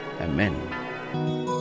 Amen